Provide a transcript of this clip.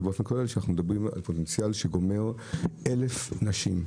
כי אנחנו מדברים על פוטנציאל שגומר 1,000 נשים.